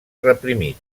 reprimit